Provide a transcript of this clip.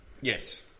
Yes